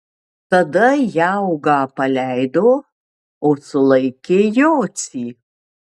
tada jaugą paleido o sulaikė jocį